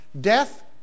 death